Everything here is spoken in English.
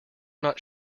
not